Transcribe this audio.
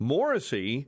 Morrissey